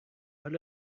حال